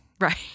Right